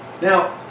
Now